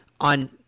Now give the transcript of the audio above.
on